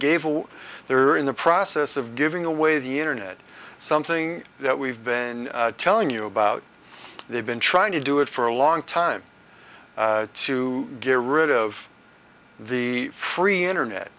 what they were in the process of giving away the internet something that we've been telling you about they've been trying to do it for a long time to get rid of the free internet